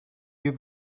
you